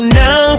now